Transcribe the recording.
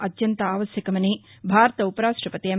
అత్యంత ఆవశ్యకమని భారత ఉపరాష్టపతి ఎం